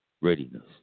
Readiness